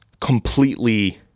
completely